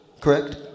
correct